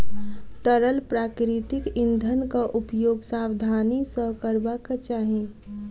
तरल प्राकृतिक इंधनक उपयोग सावधानी सॅ करबाक चाही